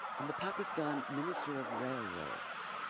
and the pakistan minister of railroads,